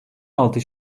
altı